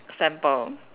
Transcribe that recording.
sample